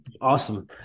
Awesome